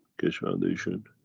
keshe foundation,